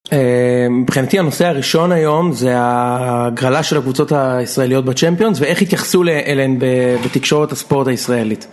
מבחינתי הנושא הראשון היום זה הגרלה של הקבוצות הישראליות בצ'מפיונס ואיך התייחסו אליהן בתקשורת הספורט הישראלית.